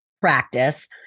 practice